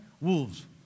Wolves